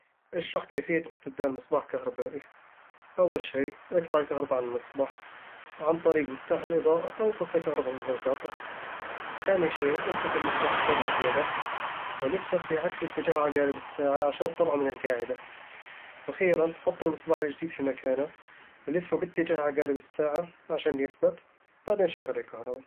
اشرح كيفية استبدال مصباح كهربائي أول شيء، اقطع الكهرباء عن المصباح، عن طريق مفتاح الإضاءة أو فصل الكهرباء من القاطع ثاني شيء، أمسك المصباح التالف بيدك، ولفه في عكس اتجاه عقارب الساعة عشان تطلعه من القاعدة وأخيراً، حط المصباح الجديد في مكانه، ولفه باتجاه عقارب الساعة عشان يثبت، وبعدين شغل الكهرباء